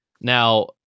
Now